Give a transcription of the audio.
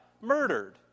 murdered